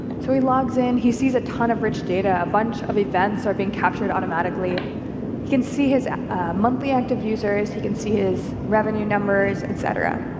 so he logs in, he sees a ton of rich data, a bunch of events are being captured automatically, he can see his monthly active users users, he can see his revenue numbers, et cetera.